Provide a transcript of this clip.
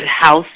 house